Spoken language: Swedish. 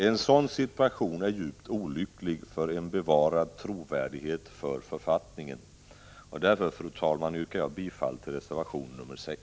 En sådan situation är djupt olycklig när det gäller att bevara författningens trovärdighet, och därför yrkar jag bifall till reservation nr 6.